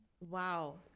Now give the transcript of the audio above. Wow